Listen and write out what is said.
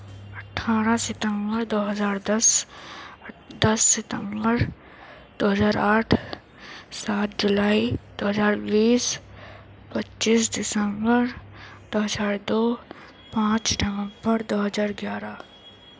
اٹھارہ ستمبر دو ہزار دس دس ستمبر دو ہزار آٹھ سات جولائی دو ہزار بیس پچیس دسمبر دو ہزار دو پانچ نومبر دو ہزار گیارہ